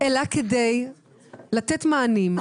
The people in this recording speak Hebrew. אלא כדי לתת מענים,